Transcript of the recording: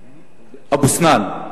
אבו-סנאן.